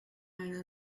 einer